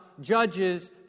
judges